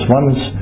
One's